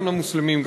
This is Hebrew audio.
גם למוסלמים,